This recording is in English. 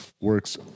works